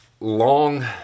long